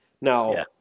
Now